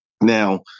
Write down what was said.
Now